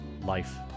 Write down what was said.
life